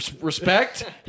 respect